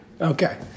Okay